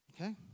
Okay